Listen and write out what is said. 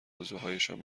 آرزوهایشان